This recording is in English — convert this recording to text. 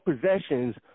possessions